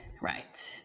right